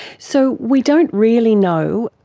so we don't really know,